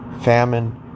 Famine